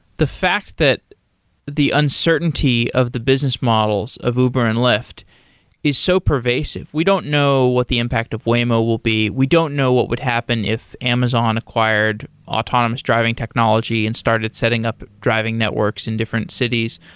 the fact that the uncertainty of the business models of uber and lyft is so pervasive. we don't know what the impact of waymo will be. we don't know what would happen if amazon acquired autonomous driving technology and started setting up driving networks in different cities.